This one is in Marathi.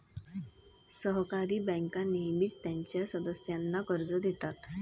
सहकारी बँका नेहमीच त्यांच्या सदस्यांना कर्ज देतात